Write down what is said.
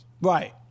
Right